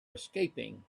escaping